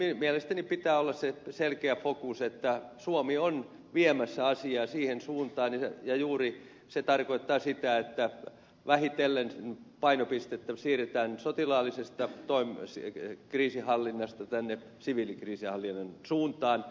meilläkin mielestäni pitää olla se selkeä fokus että suomi on viemässä asiaa siihen suuntaan ja se tarkoittaa juuri sitä että vähitellen painopistettä siirretään sotilaallisesta kriisinhallinnasta siviilikriisinhallinnan suuntaan